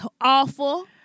Awful